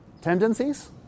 tendencies